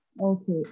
Okay